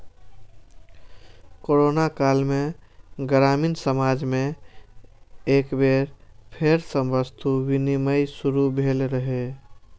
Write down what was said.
corona काल मे ग्रामीण समाज मे एक बेर फेर सं वस्तु विनिमय शुरू भेल रहै